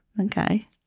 Okay